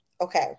okay